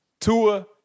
Tua